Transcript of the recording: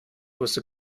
wusste